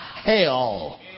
Hell